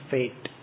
Fate